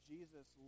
Jesus